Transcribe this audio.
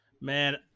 Man